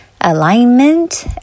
alignment